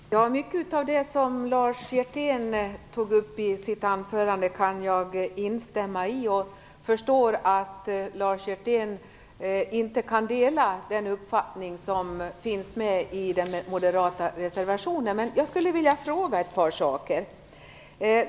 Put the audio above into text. Herr talman! Mycket av det som Lars Hjertén tog upp i sitt anförande kan jag instämma i, och jag förstår att han inte kan dela uppfattningen i den moderata reservationen. Jag skulle vilja ställa ett par frågor.